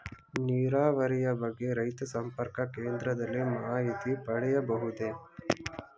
ನೀರಾವರಿಯ ಬಗ್ಗೆ ರೈತ ಸಂಪರ್ಕ ಕೇಂದ್ರದಲ್ಲಿ ಮಾಹಿತಿ ಪಡೆಯಬಹುದೇ?